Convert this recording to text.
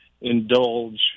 indulge